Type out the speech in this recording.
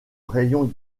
rayons